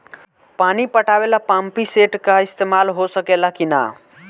पानी पटावे ल पामपी सेट के ईसतमाल हो सकेला कि ना?